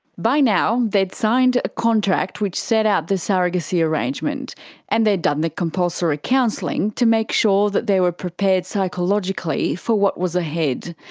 by now they'd signed a contract which set out the surrogacy arrangement and they'd done the compulsory counselling to make sure that they were prepared psychologically for what was ahead.